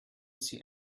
sie